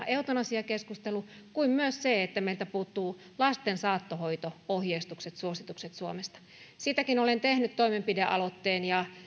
eutanasiakeskustelu kuten myös se että meiltä puuttuvat lasten saattohoito ohjeistukset suositukset suomesta siitäkin olen tehnyt toimenpidealoitteen ja